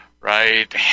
right